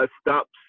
stops